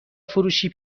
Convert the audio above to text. فروشی